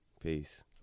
peace